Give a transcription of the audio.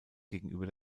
gegenüber